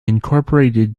incorporated